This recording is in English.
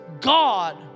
God